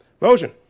Motion